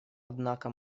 однако